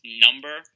number